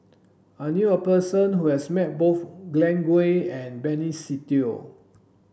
I knew a person who has met both Glen Goei and Benny Se Teo